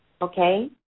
Okay